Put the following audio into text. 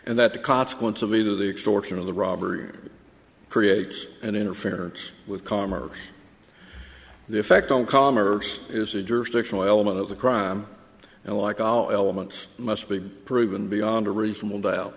and that the consequence of either the extortion of the robbery or creates an interference with commerce the effect on commerce is a jurisdictional element of the crime and like all elements must be proven beyond a reasonable doubt